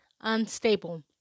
unstable